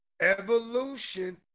evolution